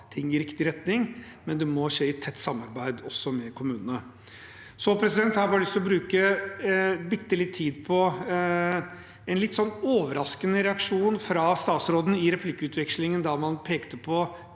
i riktig retning, men det må skje i tett samarbeid med kommunene. Så vil jeg bruke bitte litt tid på en litt overraskende reaksjon fra statsråden i replikkvekslingen, da man pekte på